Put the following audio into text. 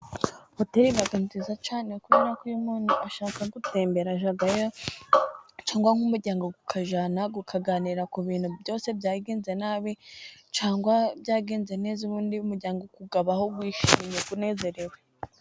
Hoteri iba nziza nziza cyane ukubera ko iyo umuntu ashaka gutembera ajyayo cyane nk'umuryango ukajyana ukaganira ku bintu byose byagenze nabi cyangwa byagenze neza, ubundi umuryango ukugabaho wishimye unezerewe.